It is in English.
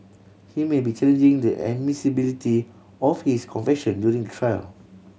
he may be challenging the admissibility of his confession during the trial